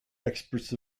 experts